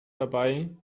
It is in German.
herbei